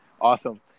Awesome